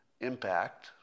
impact